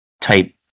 type